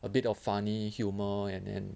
a bit of funny humour and and